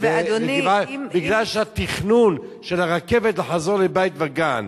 בגלל התכנון של הרכבת לחזור לבית-וגן.